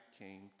came